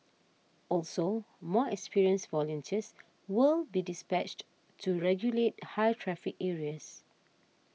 also more experienced volunteers will be dispatched to regulate high traffic areas